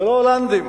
ולא הולנדים.